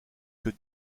que